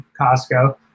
Costco